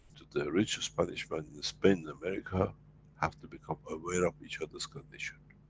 to the rich spanish man in spain and america have to become aware of each other's condition,